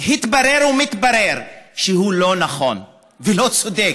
התברר ומתברר שהוא לא נכון ולא צודק.